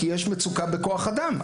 כי יש מצוקה בכוח אדם.